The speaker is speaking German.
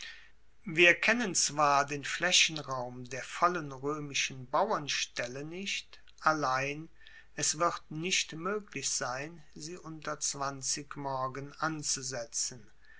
wir kennen zwar den flaechenraum der vollen roemischen bauernstelle nicht allein es wird nicht moeglich sein sie unter morgen anzusetzen